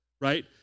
right